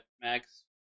Max